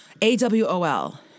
A-W-O-L